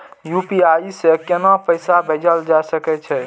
UPI से केना पैसा भेजल जा छे?